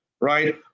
right